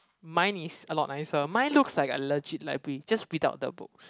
mine is a lot nicer mine looks like a legit library just without the books